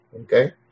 okay